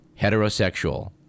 heterosexual